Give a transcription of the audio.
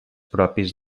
propis